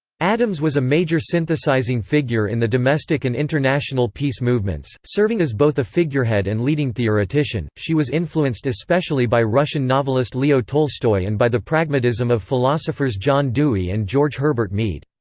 addams was a major synthesizing figure in the domestic and international peace movements, serving as both a figurehead and leading theoretician she was influenced especially by russian novelist leo tolstoy and by the pragmatism of philosophers john dewey and george herbert mead.